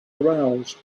aroused